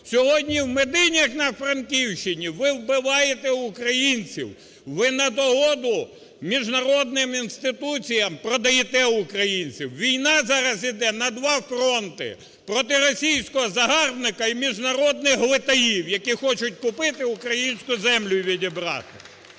сьогодні - в Медині на Франківщині. Ви вбиваєте українців. Ви на догоду міжнародним інституціям продаєте українців. Війна зараз іде на два фронти: проти російського загарбника і міжнародних глитаїв, які хочуть купити, українську землю відібрати.